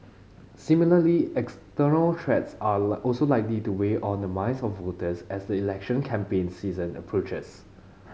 similarly external threats are also likely to weigh on the minds of voters as the election campaign season approaches